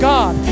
God